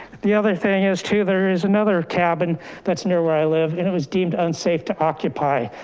the other thing is two, there is another cabin that's near where i live, and it was deemed unsafe to occupy.